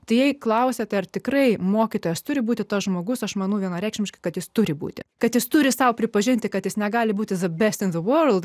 tai jei klausiate ar tikrai mokytojas turi būti tas žmogus aš manau vienareikšmiškai kad jis turi būti kad jis turi sau pripažinti kad jis negali būti the best in the word